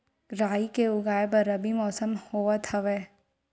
राई के उगाए बर रबी मौसम होवत हवय?